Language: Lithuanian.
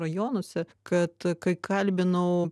rajonuose kad kai kalbinau